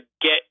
get